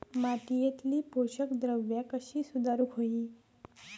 मातीयेतली पोषकद्रव्या कशी सुधारुक होई?